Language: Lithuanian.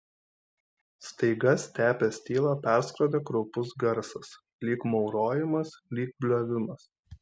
staiga stepės tylą perskrodė kraupus garsas lyg maurojimas lyg bliovimas